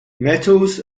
metals